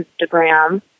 Instagram